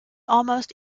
almost